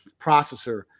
processor